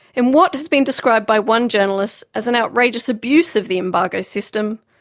in what has been described by one journalist as an outrageous abuse of the embargo system,